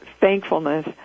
thankfulness